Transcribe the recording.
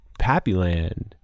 Pappyland